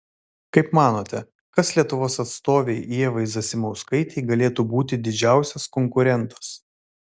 kaip manote kas lietuvos atstovei ievai zasimauskaitei galėtų būti didžiausias konkurentas